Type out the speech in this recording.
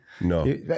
No